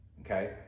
okay